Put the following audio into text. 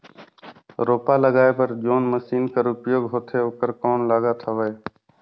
रोपा लगाय बर जोन मशीन कर उपयोग होथे ओकर कौन लागत हवय?